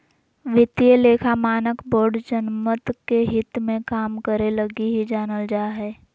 वित्तीय लेखा मानक बोर्ड जनमत के हित मे काम करे लगी ही जानल जा हय